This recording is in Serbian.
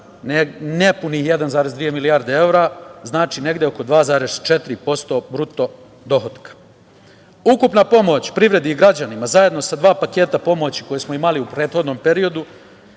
nepunih 1,2 milijardi evra. Znači, oko 2,4% BDP.Ukupna pomoć privredi i građanima zajedno sa dva paketa pomoći koje smo imali u prethodnom periodu,